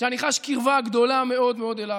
שאני חש קרבה גדולה מאוד מאוד אליו.